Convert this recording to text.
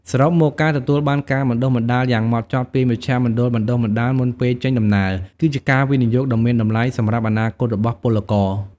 សរុបមក ការទទួលបានការបណ្តុះបណ្តាលយ៉ាងហ្មត់ចត់ពីមជ្ឈមណ្ឌលបណ្តុះបណ្តាលមុនពេលចេញដំណើរ គឺជាការវិនិយោគដ៏មានតម្លៃសម្រាប់អនាគតរបស់ពលករ។